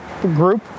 group